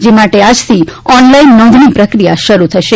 જે માટે આજથી ઓનલાઈન નોંધણી પ્રક્રિયા શરૂ થશે